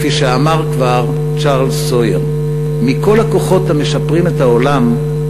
כפי שאמר כבר צ'ארלס סויר: "מכל הכוחות המשפרים את העולם,